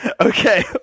okay